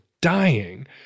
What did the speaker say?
dying